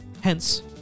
Hence